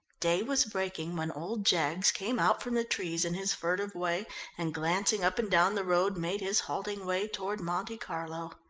day was breaking when old jaggs came out from the trees in his furtive way and glancing up and down the road made his halting way toward monte carlo.